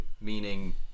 meaning